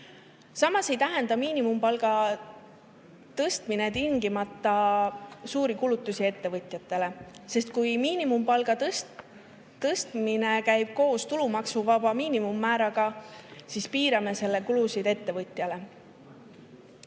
Samas ei tähenda miinimumpalga tõstmine tingimata suuri kulutusi ettevõtjatele, sest kui miinimumpalga tõstmine käib koos tulumaksuvaba miinimumi määraga, siis piirame selle kulusid